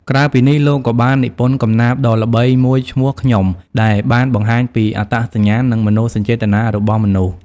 ក្រៅពីនេះ លោកក៏បាននិពន្ធកំណាព្យដ៏ល្បីមួយឈ្មោះ ខ្ញុំ ដែលបានបង្ហាញពីអត្តសញ្ញាណ និងមនោសញ្ចេតនារបស់មនុស្ស។